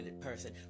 person